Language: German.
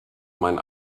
mein